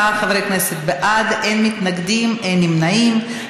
34 חברי כנסת בעד, אין מתנגדים, אין נמנעים.